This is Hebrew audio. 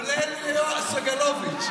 כולל יואב סגלוביץ'.